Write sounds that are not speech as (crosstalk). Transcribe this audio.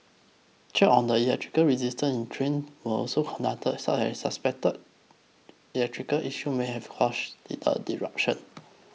checks on the electrical resistance in train were also conducted as a suspected electrical issue may have caused (unintelligible) the disruption